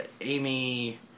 Amy